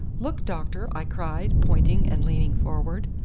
look, doctor! i cried, pointing, and leaning forward.